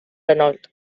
renault